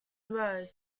rows